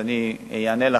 אני אענה לך,